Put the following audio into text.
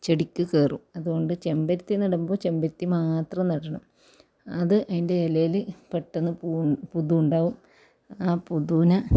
ചെടിക്ക് കയറും അതുകൊണ്ട് ചെമ്പരത്തി നടുമ്പോൾ ചെമ്പരത്തി മാത്രം നടണം അത് അതിൻ്റെ ഇലയിൽ പെട്ടെന്ന് പൂ പുതു ഉണ്ടാവും ആ പുതുനെ